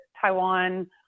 Taiwan